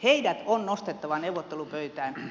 heidät on nostettava neuvottelupöytään